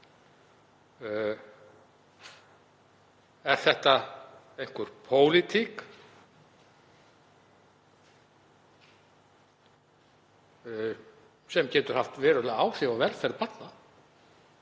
Er þetta einhver pólitík sem getur haft veruleg áhrif á velferð barna?